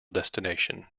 destination